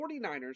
49ers